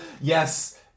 Yes